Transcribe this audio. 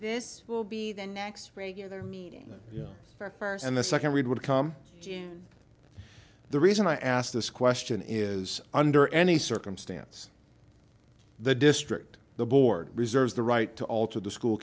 this will be the next regular meeting for occurs and the second read would come to you the reason i ask this question is under any circumstance the district the board reserves the right to alter the school